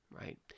right